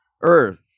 earth